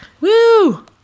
Woo